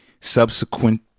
subsequent